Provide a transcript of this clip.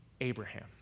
Abraham